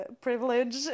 privilege